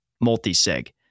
multi-sig